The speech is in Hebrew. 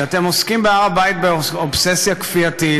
שאתם עוסקים בהר הבית באובססיה כפייתית,